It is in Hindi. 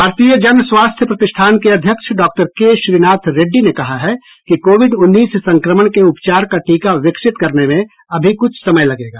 भारतीय जन स्वास्थ्य प्रतिष्ठान के अध्यक्ष डॉक्टर के श्रीनाथ रेड्डी ने कहा है कि कोविड उन्नीस संक्रमण के उपचार का टीका विकसित करने में अभी कुछ समय लगेगा